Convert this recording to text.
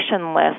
list